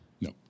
No